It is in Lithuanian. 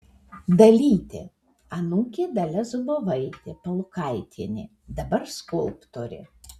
dalytė anūkė dalia zubovaitė palukaitienė dabar skulptorė